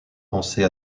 penser